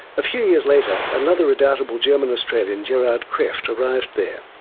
a few years later another redoubtable german-australian, gerard krefft, arrived there.